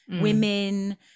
women